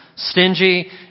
Stingy